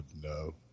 No